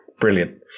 Brilliant